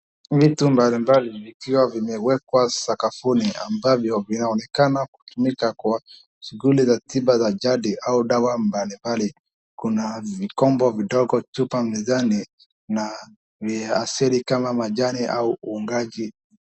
Vitu mbalimbali vikiwa vimewekwa sakafuni ambavyo vinaonekana kutumika kwa shughuli za tiba za jadi au dawa mbalimbali. Kuna vikombe vidogo, chupa mezani na ni asili kama majani au uungaji.